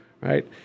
right